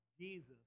Jesus